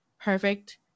perfect